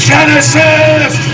Genesis